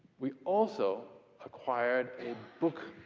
we also acquired a book,